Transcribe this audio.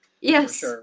Yes